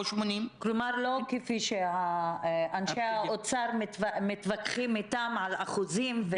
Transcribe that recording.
לא 80%. כלומר לא כפי שאנשי האוצר מתווכחים אתם על אחוזים,